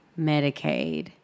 Medicaid